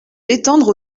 l’étendre